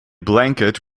blanket